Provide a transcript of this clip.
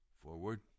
Forward